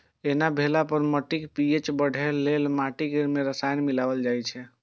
एना भेला पर माटिक पी.एच बढ़ेबा लेल माटि मे रसायन मिलाएल जाइ छै